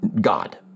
God